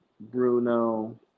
Bruno